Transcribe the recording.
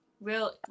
real